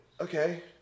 Okay